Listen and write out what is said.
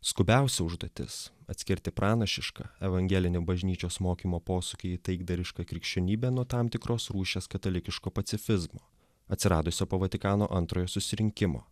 skubiausia užduotis atskirti pranašišką evangelinį bažnyčios mokymo posūkį į taikdarišką krikščionybę nuo tam tikros rūšies katalikiško pacifizmo atsiradusio po vatikano antrojo susirinkimo